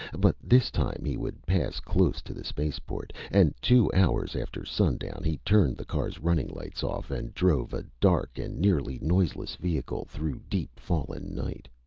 but this time he would pass close to the spaceport. and two hours after sundown he turned the car's running-lights off and drove a dark and nearly noiseless vehicle through deep-fallen night.